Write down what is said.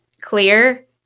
clear